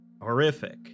horrific